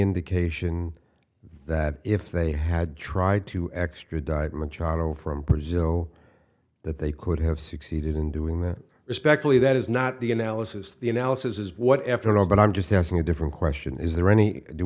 indication that if they had tried to extradite machado from brazil that they could have succeeded in doing that respectfully that is not the analysis the analysis is what after all but i'm just asking a different question is there any do